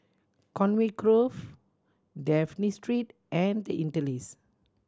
Conway Grove Dafne Street and The Interlace